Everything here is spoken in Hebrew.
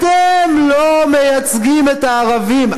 אתם לא מייצגים את הערבים.